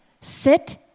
sit